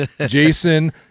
Jason